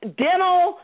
dental